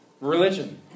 religion